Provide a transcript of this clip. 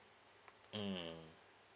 mm